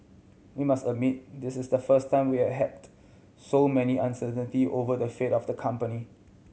we must admit this is the first time we have had so many uncertainty over the fate of the company